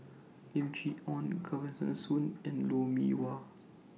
Lim Chee Onn Kesavan Soon and Lou Mee Wah